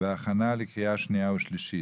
והכנה לקריאה שנייה ושלישית.